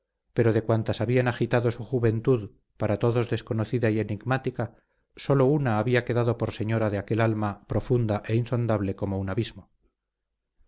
pero de cuantas habían agitado su juventud para todos desconocida y enigmática sólo una había quedado por señora de aquel alma profunda e insondable como un abismo